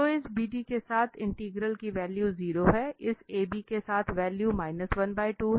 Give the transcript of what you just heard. तो इस BD के साथ इंटीग्रल की वैल्यू 0 हैं इस AB के साथ वैल्यू 1 2 है